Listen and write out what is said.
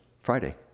Friday